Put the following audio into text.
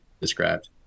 described